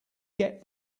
get